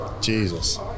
Jesus